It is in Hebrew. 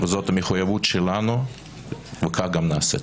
זאת המחויבות שלנו וכך גם נעשה.